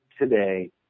today